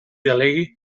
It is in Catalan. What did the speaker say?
delegui